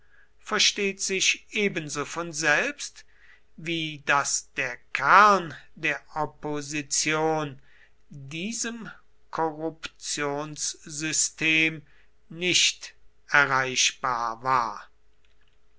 versteht sich ebenso von selbst wie daß der kern der opposition diesem korruptionssystem nicht erreichbar war